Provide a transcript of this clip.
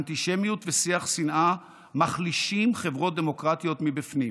אנטישמיות ושיח שנאה מחלישים חברות דמוקרטיות מבפנים,